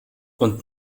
und